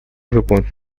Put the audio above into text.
выполнить